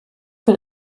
will